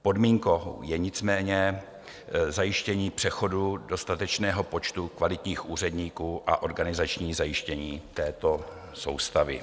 Podmínkou je nicméně zajištění přechodu dostatečného počtu kvalitních úředníků a organizační zajištění této soustavy.